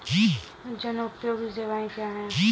जनोपयोगी सेवाएँ क्या हैं?